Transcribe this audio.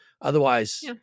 Otherwise